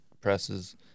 presses